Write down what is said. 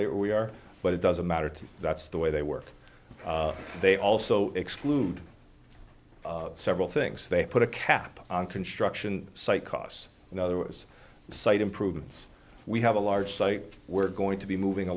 they are we are but it doesn't matter to you that's the way they work they also exclude several things they put a cap on construction site costs in other words site improvements we have a large site we're going to be moving a